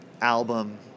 album